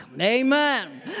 Amen